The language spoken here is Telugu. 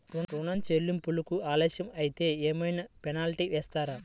ఋణ చెల్లింపులు ఆలస్యం అయితే ఏమైన పెనాల్టీ వేస్తారా?